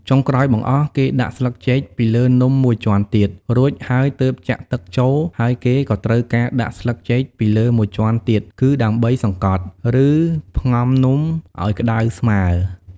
ចុងក្រោយបង្អស់ គេដាក់ស្លឹកចេកពីលើនំមួយជាន់ទៀត រួចហើយទើបចាក់ទឹកចូល ហើយគេក៏ត្រូវការដាក់ស្លឹកចេកពីលើមួយជាន់ទៀត គឺដើម្បីសង្តត់ ឬផ្ងំនំឱ្យក្តៅស្មើ។